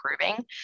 improving